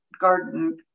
garden